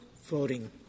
voting